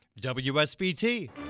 WSBT